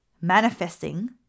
manifesting